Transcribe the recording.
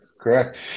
Correct